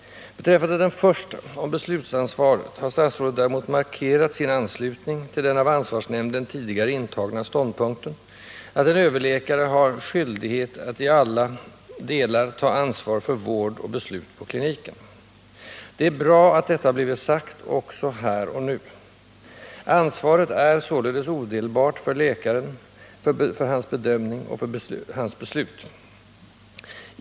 Beträffande den första — om beslutsansvaret — har statsrådet däremot markerat sin anslutning till den av ansvarsnämnden tidigare intagna ståndpunkten, att en överläkare har skyldighet att i alla delar ta ansvar för vård och beslut på kliniken. Det är bra att detta blivit sagt också här och nu. Ansvaret är således odelbart för läkaren — för hans bedömning och för hans beslut.